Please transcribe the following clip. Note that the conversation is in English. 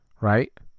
right